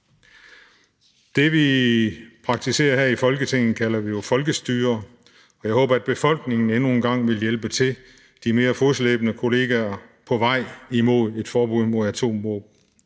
som vi praktiserer her i Folketinget, kalder vi jo folkestyre, og jeg håber, at befolkningen endnu en gang vil hjælpe de mere fodslæbende kollegaer på vej imod et forbud mod atomvåben.